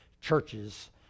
churches